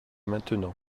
maintenant